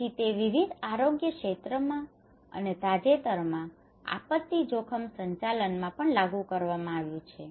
તેથી તે વિવિધ આરોગ્ય ક્ષેત્રમાં અને તાજેતરમાં આપત્તિ જોખમ સંચાલનમાં પણ લાગુ કરવામાં આવ્યું છે